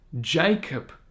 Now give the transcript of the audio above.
Jacob